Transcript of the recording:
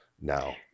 now